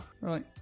Right